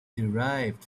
derived